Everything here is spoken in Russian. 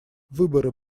выборы